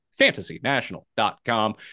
FantasyNational.com